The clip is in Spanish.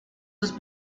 dos